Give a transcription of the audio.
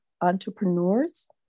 entrepreneurs